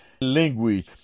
language